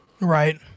Right